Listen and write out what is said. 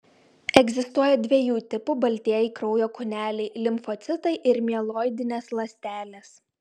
egzistuoja dviejų tipų baltieji kraujo kūneliai limfocitai ir mieloidinės ląstelės